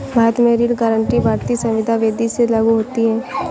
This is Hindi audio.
भारत में ऋण गारंटी भारतीय संविदा विदी से लागू होती है